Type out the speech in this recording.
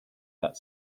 that